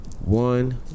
one